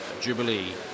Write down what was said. Jubilee